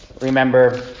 remember